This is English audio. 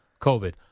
COVID